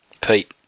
Pete